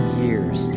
years